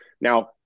Now